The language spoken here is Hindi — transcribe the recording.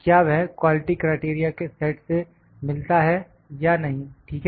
क्या वह क्वालिटी क्राइटेरिया के सेट से मिलता है या नहीं ठीक है